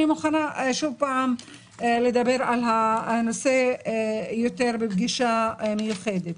אני מוכנה לדבר על הנושא יותר שוב פעם בפגישה מיוחדת.